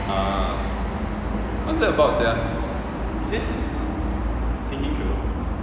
ah what's that about sia